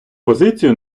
позицію